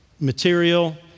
material